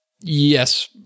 yes